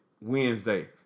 Wednesday